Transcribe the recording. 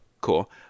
cool